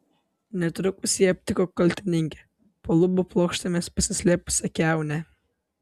netrukus jie aptiko kaltininkę po lubų plokštėmis pasislėpusią kiaunę